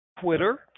Twitter